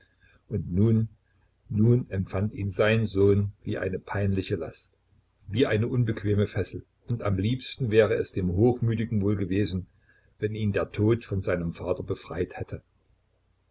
und nun nun empfand ihn sein sohn wie eine peinliche last wie eine unbequeme fessel und am liebsten wäre es dem hochmütigen wohl gewesen wenn ihn der tod von seinem vater befreit hätte